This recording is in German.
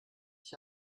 ich